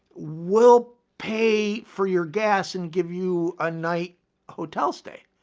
we'll pay for your gas and give you a night hotel stay.